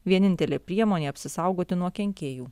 vienintelė priemonė apsisaugoti nuo kenkėjų